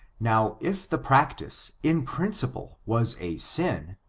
now, if the practice, in principle, was a sin,